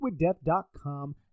liquiddeath.com